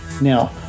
Now